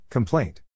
Complaint